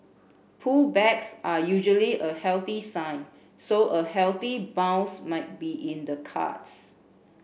pullbacks are usually a healthy sign so a healthy bounce might be in the cards